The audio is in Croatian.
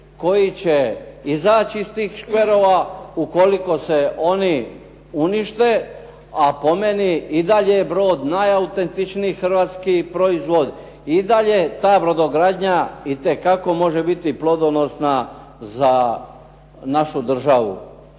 koji će izaći iz tih škverova ukoliko se oni unište a po meni i dalje je brod najautentičniji hrvatski proizvod, i dalje je ta brodogradnja itekako može biti plodonosna za našu državu.